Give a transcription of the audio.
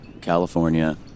California